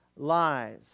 Lies